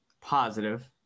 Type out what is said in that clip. positive